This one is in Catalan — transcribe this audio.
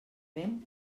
vent